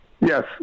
Yes